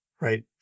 right